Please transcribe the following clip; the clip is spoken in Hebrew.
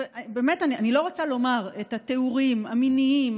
אני לא רוצה לומר את התיאורים המיניים,